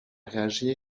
réagir